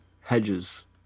Hedges